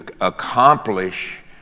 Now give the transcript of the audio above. accomplish